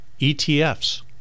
ETFs